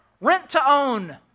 rent-to-own